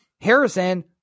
Harrison